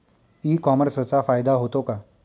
E कॉमर्सचा फायदा होतो का?